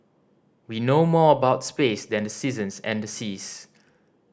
we know more about space than the seasons and the seas